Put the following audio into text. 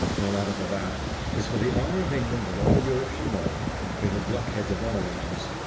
no matter for that tis for the honour of england that all europe should know we have blockheads of all ages.